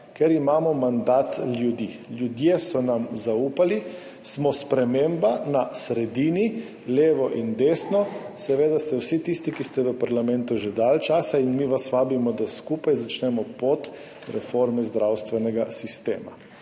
Ker imamo mandat ljudi, ljudje so nam zaupali, smo sprememba na sredini, levo in desno, seveda vse tiste, ki ste v parlamentu že dalj časa, vabimo, da skupaj začnemo pot reforme zdravstvenega sistema.